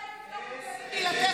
ראיתי את אחד